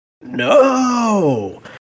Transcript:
No